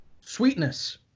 Sweetness